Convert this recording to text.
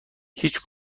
هیچ